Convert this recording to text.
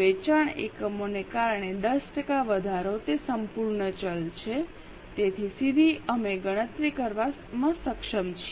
વેચાણ એકમોને કારણે 10 ટકા વધારો તે સંપૂર્ણ ચલ છે તેથી સીધી અમે ગણતરી કરવામાં સક્ષમ છીએ